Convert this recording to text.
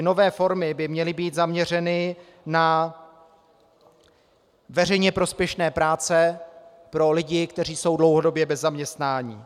Nové formy by měly být zaměřeny na veřejně prospěšné práce pro lidi, kteří jsou dlouhodobě bez zaměstnání.